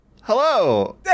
Hello